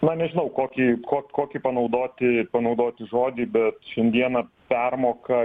na nežinau kokį ko kokį panaudoti panaudoti žodį bet šiandieną permoka